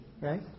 right